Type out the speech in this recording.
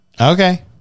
Okay